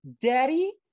daddy